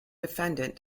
defendant